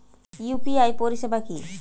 UPI পরিসেবা কি?